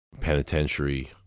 penitentiary